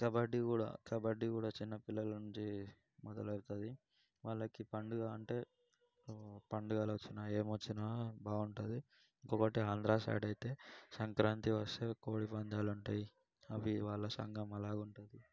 కబడ్డీ కూడ కబడ్డీ కూడ చిన్న పిల్లలు నుంచి మొదలవుతుంది వాళ్ళకి పండుగ అంటే పండుగలు వచ్చినా ఏమి వచ్చినా బాగుంటుంది కబడ్డి ఆంధ్ర సైడ్ అయితే సంక్రాంతి వస్తే కోడి పందాలు ఉంటాయి అవి వాళ్ళ సంఘం అలాగా ఉంటుంది